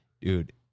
dude